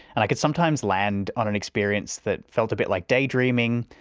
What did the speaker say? and i could sometimes land on an experience that felt a bit like daydreaming,